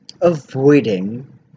avoiding